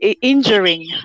injuring